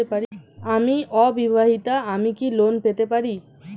আমি অবিবাহিতা আমি কি লোন পেতে পারি?